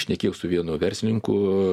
šnekėjau su vienu verslininku